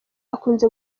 akunze